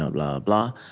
ah blah blah.